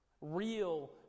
real